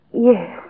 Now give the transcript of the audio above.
yes